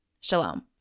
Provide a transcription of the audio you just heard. Shalom